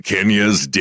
Kenya's